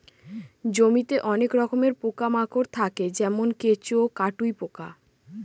জমিতে অনেক রকমের পোকা মাকড় থাকে যেমন কেঁচো, কাটুই পোকা